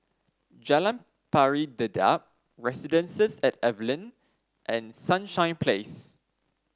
Jalan Pari Dedap Residences at Evelyn and Sunshine Place